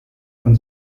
von